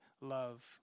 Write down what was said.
love